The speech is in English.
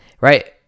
right